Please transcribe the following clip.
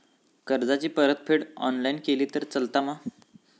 कर्जाची परतफेड ऑनलाइन केली तरी चलता मा?